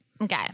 okay